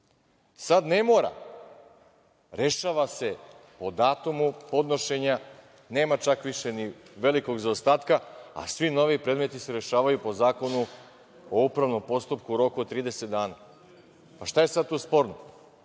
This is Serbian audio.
Sada ne mora. Rešava se po datumu podnošenja. Nema čak više ni velikog zaostatka, a svi novi predmeti se rešavaju po Zakonu o upravnom postupku u roku od 30 dana. Pa šta je sada tu sporno?